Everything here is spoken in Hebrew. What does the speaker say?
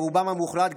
ברובם המוחלט,